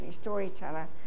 storyteller